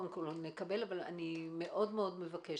אבל אני מאוד מבקשת,